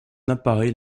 apparaît